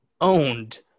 owned